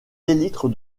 élytres